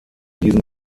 diesen